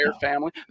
family